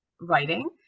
writing